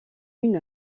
une